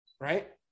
right